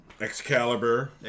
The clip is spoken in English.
Excalibur